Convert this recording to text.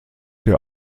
der